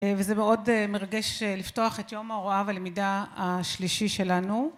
וזה מאוד מרגש לפתוח את יום ההוראה והלמידה השלישי שלנו